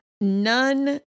None